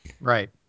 Right